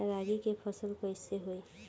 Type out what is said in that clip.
रागी के फसल कईसे होई?